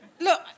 Look